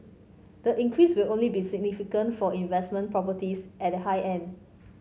the increase will only be significant for investment properties at the high end